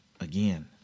again